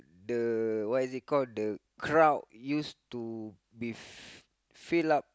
the what is it called the crowd used to be filled up